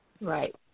Right